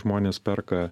žmonės perka